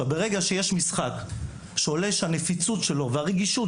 ברגע שיש משחק שהנפיצות שלו והרגישות